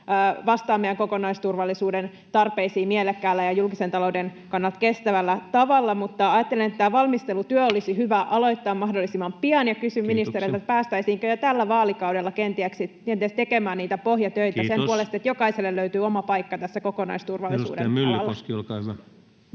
vastaa meidän kokonaisturvallisuuden tarpeisiin mielekkäällä ja julkisen talouden kannalta kestävällä tavalla. Mutta ajattelen, että tämä valmistelutyö olisi hyvä aloittaa mahdollisimman pian, ja kysyn ministeriltä: [Puhemies: Kiitoksia!] päästäisiinkö jo tällä vaalikaudella kenties tekemään niitä pohjatöitä [Puhemies: Kiitos!] sen puolesta, että jokaiselle löytyy oma paikka tämän kokonaisturvallisuuden alalla?